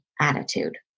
attitude